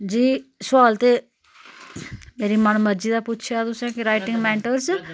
जी सोआल ते मेरी मन मरजी दा पुच्छेआं तुसें राइटिंग मैंटरस